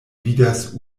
vidas